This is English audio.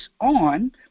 on